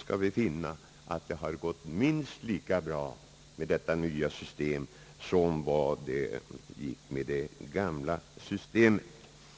skall finna, att det gått minst lika bra med detta nya system som det gick med det gamla systemet.